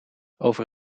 over